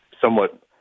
somewhat